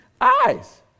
eyes